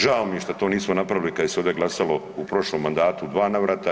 Žao mi je što to nismo napravili kada se ovdje glasalo u prošlom mandatu u dva navrata.